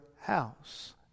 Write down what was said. house